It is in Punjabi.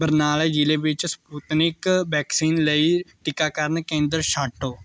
ਬਰਨਾਲੇ ਜ਼ਿਲ੍ਹੇ ਵਿੱਚ ਸਪੁਟਨਿਕ ਵੈਕਸੀਨ ਲਈ ਟੀਕਾਕਰਨ ਕੇਂਦਰ ਛਾਂਟੋ